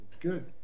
good